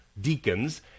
deacons